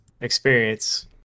experience